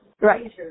right